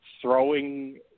throwing